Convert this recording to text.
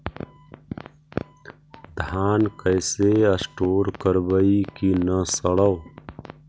धान कैसे स्टोर करवई कि न सड़ै?